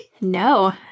No